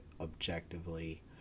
objectively